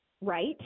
right